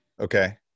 Okay